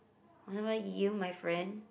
what about you my friend